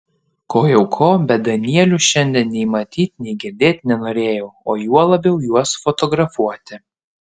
ko jau ko bet danielių šiandien nei matyt nei girdėt nenorėjau o juo labiau juos fotografuoti